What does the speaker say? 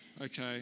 Okay